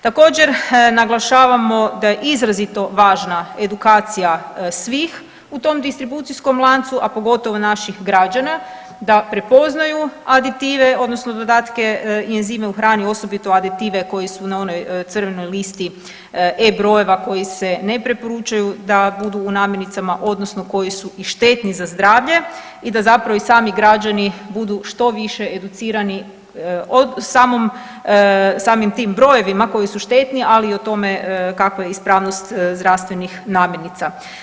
Također, naglašavamo da je izrazito važna edukacija svih u tom distribucijskom lancu, a pogotovo naših građana da prepoznaju aditive, odnosno dodatke, enzime u hrani, osobito aditive koji su na onoj crvenoj listi E-brojeva koji se ne preporučaju, da budu u namirnicama, odnosno koji su i štetni za zdravlje i da zapravo i sami građani budu što više educirani o samom, samim tim brojevima koji su štetni, ali i o tome kakva je ispravnost zdravstvenih namirnica.